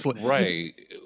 right